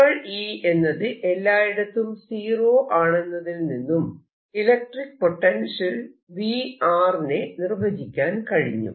E എന്നത് എല്ലായിടത്തും zero ആണെന്നതിൽ നിന്നും ഇലക്ട്രിക്ക് പൊട്ടൻഷ്യൽ V നെ നിർവചിക്കാൻ കഴിഞ്ഞു